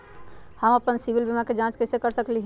हम अपन सिबिल के जाँच कइसे कर सकली ह?